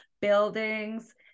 buildings